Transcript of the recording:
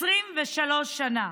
23 שנה,